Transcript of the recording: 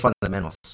fundamentals